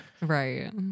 Right